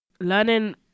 Learning